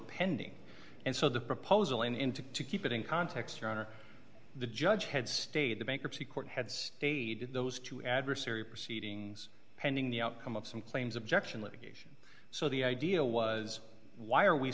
pending and so the proposal in in to keep it in context your honor the judge had stayed the bankruptcy court had stayed in those two adversary proceedings pending the outcome of some claims objection litigation so the idea was why are we